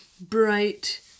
bright